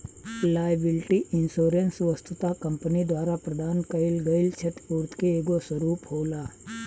liability insurance वस्तुतः company द्वारा प्रदान कईल गईल छतिपूर्ति के एगो स्वरूप होला